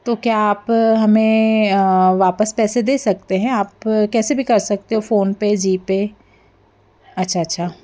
तो क्या आप हमें वापस पैसे दे सकते हैं आप कैसे भी कर सकते हो फ़ोन पे ज़ी पे अच्छा अच्छा